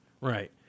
Right